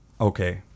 Okay